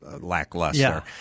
lackluster